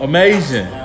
Amazing